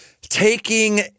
Taking